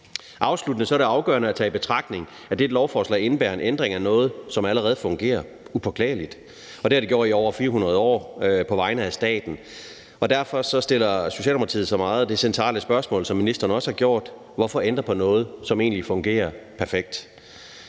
at det er afgørende at tage i betragtning, at dette lovforslag indebærer en ændring af noget, som allerede fungerer upåklageligt, og det har det gjort i over 400 år – hvor kirken har gjort det på vegne af staten. Derfor stiller Socialdemokratiet sig det meget centrale spørgsmål, som ministeren også har gjort: Hvorfor ændre på noget, som egentlig fungerer perfekt?